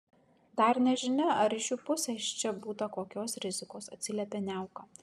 dar nežinia ar iš jų pusės čia būta kokios rizikos atsiliepė niauka